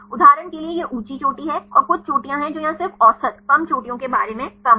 उदाहरण के लिए यह ऊँची चोटी है और कुछ चोटियाँ हैं जो यहाँ सिर्फ औसत कम चोटियों के बारे में कम हैं